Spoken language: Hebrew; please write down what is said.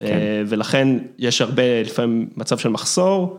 ולכן יש הרבה, לפעמים מצב של מחסור.